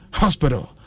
hospital